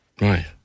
Right